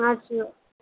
हजुर